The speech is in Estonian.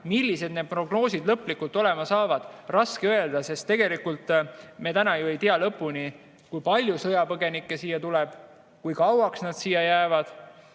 Millised need prognoosid lõplikult olema saavad? Raske öelda, sest tegelikult me täna ju ei tea, kui palju sõjapõgenikke siia tuleb ja kui kauaks nad siia jäävad.